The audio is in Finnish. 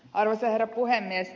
arvoisa herra puhemies